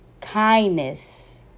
kindness